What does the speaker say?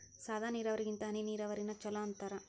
ಸಾದ ನೀರಾವರಿಗಿಂತ ಹನಿ ನೀರಾವರಿನ ಚಲೋ ಅಂತಾರ